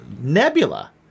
Nebula